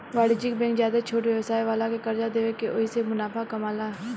वाणिज्यिक बैंक ज्यादे छोट व्यवसाय वाला के कर्जा देके ओहिसे मुनाफा कामाला